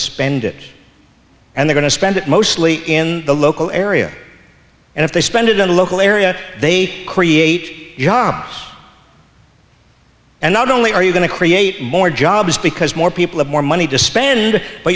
spend it and they going to spend it mostly in the local area and if they spend it on a local area they create jobs and not only are you going to create more jobs because more people have more money to spend